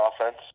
offense